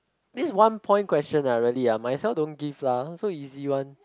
this one point question [a]h really ah might as well don't give lah so easy one